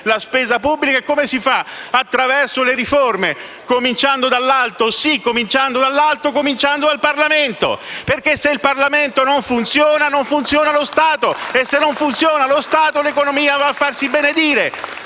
la spesa pubblica, attraverso le riforme, cominciando dall'alto, ovvero dal Parlamento. Se infatti il Parlamento non funziona, non funziona lo Stato e, se non funziona lo Stato, l'economia va a farsi benedire.